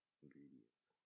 ingredients